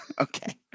okay